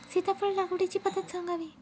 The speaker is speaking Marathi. सीताफळ लागवडीची पद्धत सांगावी?